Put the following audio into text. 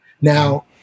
now